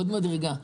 עוד מדרגה.